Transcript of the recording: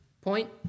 point